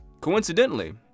Coincidentally